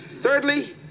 Thirdly